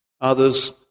others